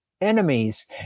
enemies